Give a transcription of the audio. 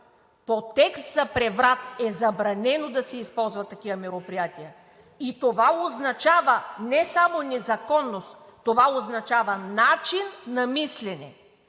По текст за преврат е забранено да се използват такива мероприятия! И това означава не само незаконност, това означава начин на мислене,